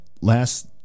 last